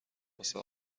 واسه